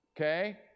okay